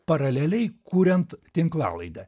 paraleliai kuriant tinklalaidę